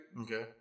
Okay